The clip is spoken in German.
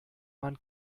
man